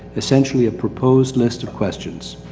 essentially, a proposed list of questions.